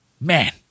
man